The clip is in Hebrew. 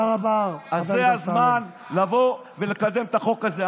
אז זה הזמן לבוא ולקדם את החוק הזה.